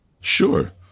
Sure